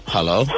Hello